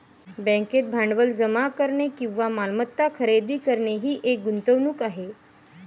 बँकेत भांडवल जमा करणे किंवा मालमत्ता खरेदी करणे ही एक गुंतवणूक आहे